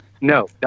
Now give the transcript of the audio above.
No